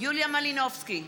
יוליה מלינובסקי,